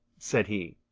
said he.